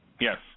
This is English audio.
Yes